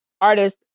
artist